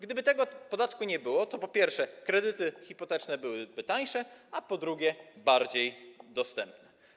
Gdyby tego podatku nie było, to po pierwsze, kredyty hipoteczne byłyby tańsze, a po drugie, byłyby bardziej dostępne.